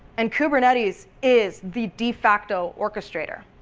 and kubernetes is the defacto orchestrater.